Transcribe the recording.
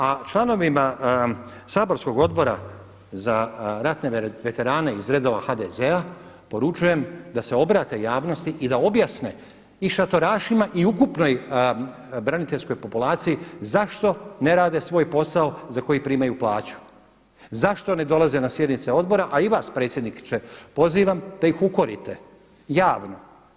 A članovima saborskog Odbora za ratne veterane iz redova HDZ-a poručujem da se obrate javnosti i da objasne i šatorašima i ukupnoj braniteljskoj populaciji zašto ne rade svoj posao za koji primaju plaću, zašto ne dolaze na sjednice odbora, a i vas predsjedniče pozivam da ih ukorite javno.